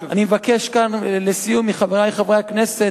אני מבקש כאן לסיום מחברי חברי הכנסת